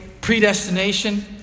predestination